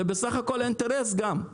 זה בסך הכל אינטרס גם,